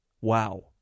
Wow